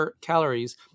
calories